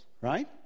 right